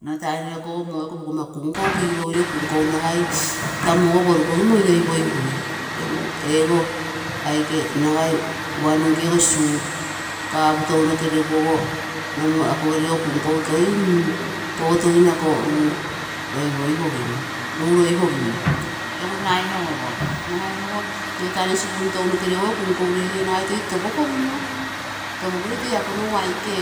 Nno tainoro ikogo moo kigipogino iko pogomma kunkou nagai, tamu ogo porukogimo oioipogigui. Egu uanu nkego soup, nomu cup tounoke regu, akogerego kunkou pogotogino, ako ruu roipoipogim, ruu roipogim egu nagai nogo nno tainoro spoon tounoke regu ee kunkou reege nagai toi topo kogino, topokogino toi ako nogu aike